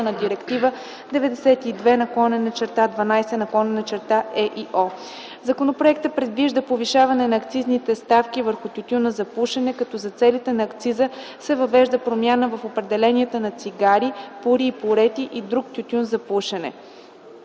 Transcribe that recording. на Директива 92/12/ЕИО. Законопроектът предвижда повишаване на акцизните ставки върху тютюна за пушене, като за целите на акциза се въвежда промяна в определенията на цигари, пури и пурети, и друг тютюн за пушене.